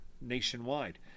nationwide